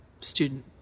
student